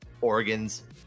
organs